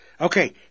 Okay